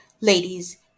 Ladies